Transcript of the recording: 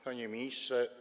Panie Ministrze!